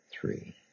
three